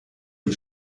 die